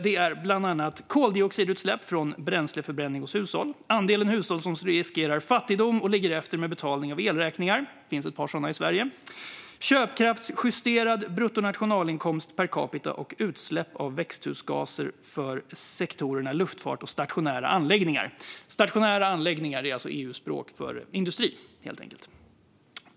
Det är bland annat koldioxidutsläpp från bränsleförbränning hos hushåll, andel hushåll som riskerar fattigdom och ligger efter med betalning av elräkningar - det finns ett par sådana i Sverige - samt köpkraftsjusterad bruttonationalinkomst per capita och utsläpp av växthusgaser för sektorerna luftfart och stationära anläggningar. Stationära anläggningar är EU-språk för industri, helt enkelt.